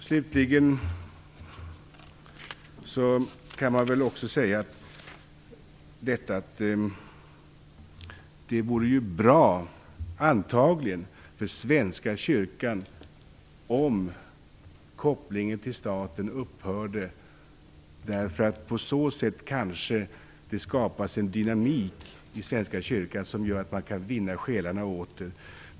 Slutligen kan man väl också säga att det antagligen vore bra för Svenska kyrkan om kopplingen till staten upphörde. På så sätt skulle det kanske skapas en dynamik i Svenska kyrkan som gör att man kan vinna själarna åter.